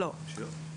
לא.